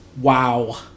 wow